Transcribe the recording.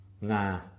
Nah